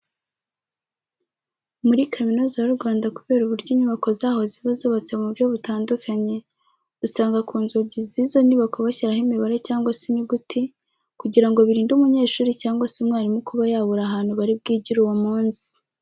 Muri Kaminuza y'u Rwanda kubera uburyo inyubako zaho ziba zubatse mu buryo butandukanye, usanga ku nzugi z'izo nyubako bashyiraho imibare cyangwa se inyuguti kugira ngo birinde umunyeshuri cyangwa se umwarimu kuba yabura ahantu bari bwigire uwo munsi.